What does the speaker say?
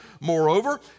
moreover